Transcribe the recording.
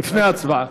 לפני ההצבעה.